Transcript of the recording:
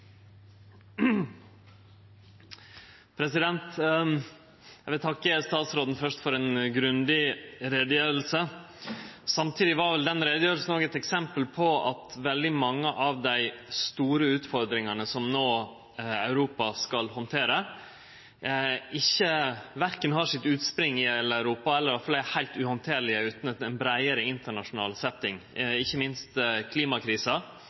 Eg vil først takke statsråden for ei grundig utgreiing. Samtidig var vel den utgreiinga også eit eksempel på at veldig mange av dei store utfordringane som Europa no skal handtere, ikkje har sitt utspring i Europa. Dei er heilt uhandterlege utan ein breiare internasjonal setting – ikkje minst klimakrisa,